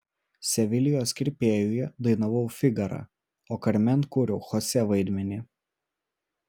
sevilijos kirpėjuje dainavau figarą o karmen kūriau chosė vaidmenį